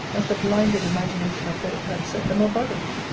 as the blinded imagination of both had set them above it.